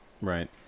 right